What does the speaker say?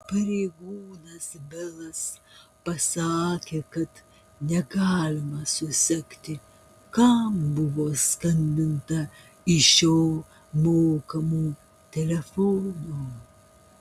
pareigūnas belas pasakė man kad negalima susekti kam buvo skambinta iš šio mokamo telefono